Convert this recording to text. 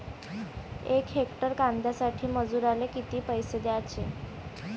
यक हेक्टर कांद्यासाठी मजूराले किती पैसे द्याचे?